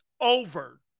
Over